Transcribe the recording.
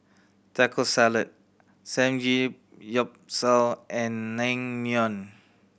Taco Salad Samgeyopsal and Naengmyeon